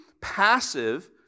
passive